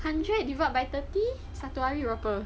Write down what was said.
hundred divided by thirty satu hari berapa